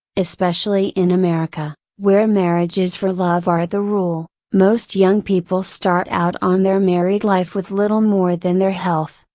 especially in america, where marriages for love are the rule, most young people start out on their married life with little more than their health,